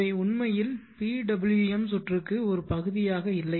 இவை உண்மையில் PWM சுற்றுக்கு ஒரு பகுதியாக இல்லை